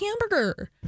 hamburger